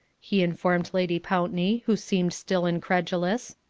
he informed lady pountney, who seemed still incredulous.